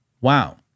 Wow